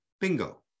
Bingo